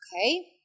Okay